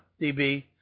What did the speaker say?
dB